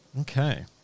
Okay